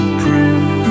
prove